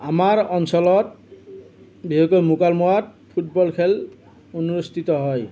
আমাৰ অঞ্চলত বিশেষকৈ মুকালমুৱাত ফুটবল খেল অনুষ্ঠিত হয়